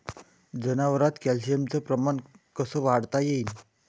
जनावरात कॅल्शियमचं प्रमान कस वाढवता येईन?